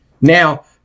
Now